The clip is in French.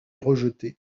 rejeté